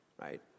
right